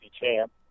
champ